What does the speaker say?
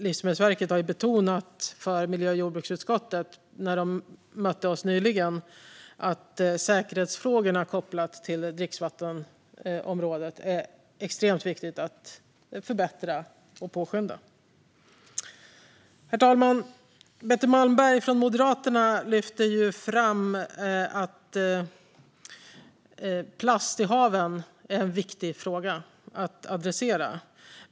Livsmedelsverket betonade när de nyligen mötte oss i miljö och jordbruksutskottet att det är extremt viktigt att förbättra och påskynda arbetet med säkerhetsfrågorna på dricksvattenområdet. Herr talman! Betty Malmberg från Moderaterna lyfte fram att plast i haven är en viktig fråga att adressera.